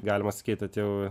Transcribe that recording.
galima sakyt atėjau